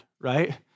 right